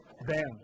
Bam